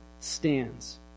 stands